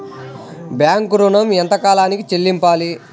Bank ఋణం ఎంత కాలానికి చెల్లింపాలి?